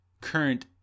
current